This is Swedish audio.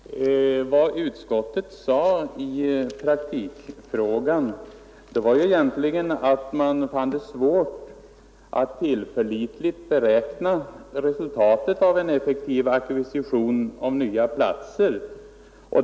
Herr talman! Vad utskottet sade i praktikfrågan var egentligen att man fann det svårt att tillförlitligt beräkna resultatet av en effektiv ackvisition av nya platser.